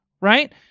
right